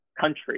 country